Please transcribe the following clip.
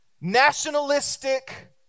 nationalistic